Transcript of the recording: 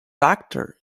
doctor